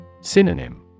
Synonym